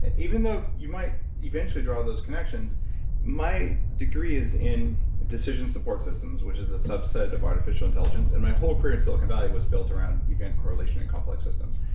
and even though you might eventually draw those connections my degree is in decision support systems, which is a subset of artificial intelligence, and my whole career in silicon valley was built around event correlation and complex systems.